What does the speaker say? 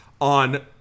on